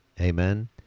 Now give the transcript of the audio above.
amen